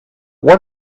what